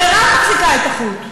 גם מירב מחזיקה את החוט.